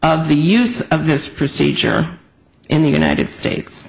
of the use of this procedure in the united states